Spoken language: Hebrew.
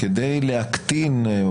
כדי להקטין?